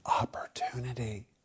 opportunity